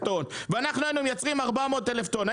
טון ואנחנו היינו מייצרים 400 אלף טון,